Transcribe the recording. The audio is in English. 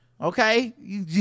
okay